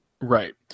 Right